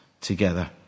together